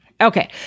Okay